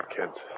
kids